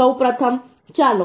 સૌપ્રથમ ચાલો